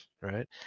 right